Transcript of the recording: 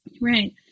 Right